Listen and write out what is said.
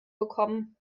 bekommen